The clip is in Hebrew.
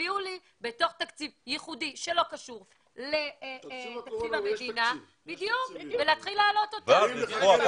תביאו לי תקציב ייחודי שלא קשור לתקציב המדינה ונתחיל להעלות אותם.